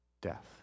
Death